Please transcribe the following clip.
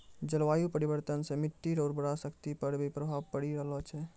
जलवायु परिवर्तन से मट्टी रो उर्वरा शक्ति पर भी प्रभाव पड़ी रहलो छै